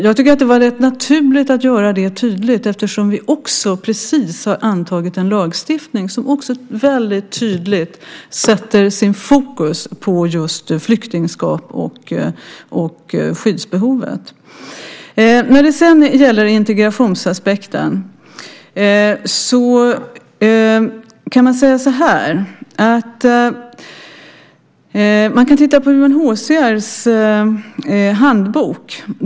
Jag tycker att det var rätt naturligt att göra det tydligt, eftersom vi precis har antagit en lagstiftning som också väldigt tydligt sätter fokus på just flyktingskap och skyddsbehovet. När det sedan gäller integrationsaspekten kan man titta på UNHCR:s handbok.